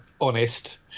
honest